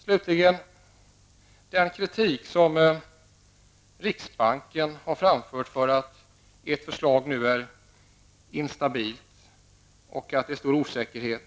Riksbankens kritik går ut på att ert förslag är instabilt och att det råder stor osäkerhet.